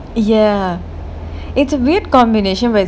ya it's a weird combination with